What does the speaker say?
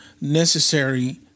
necessary